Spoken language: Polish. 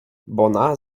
bona